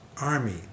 Army